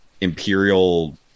imperial